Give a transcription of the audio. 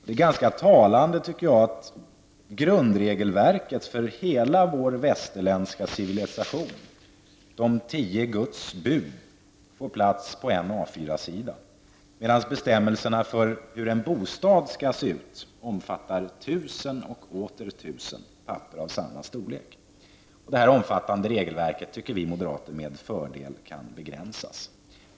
Det är ganska talande att grundregelverket för hela vår västerländska civilisation, de tio Guds bud, får plats på en A4-sida, medan bestämmelserna för hur en bostad skall se ut omfattar tusen och åter tusen papper av samma storlek. Detta omfattande regelverk, tycker vi moderater, med fördel kan begränsas.